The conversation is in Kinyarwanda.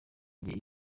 igihe